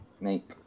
make